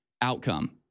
outcome